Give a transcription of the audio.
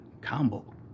combo